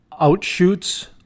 outshoots